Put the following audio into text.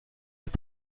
est